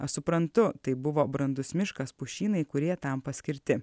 aš suprantu tai buvo brandus miškas pušynai kurie tam paskirti